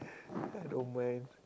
I don't mind